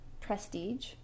prestige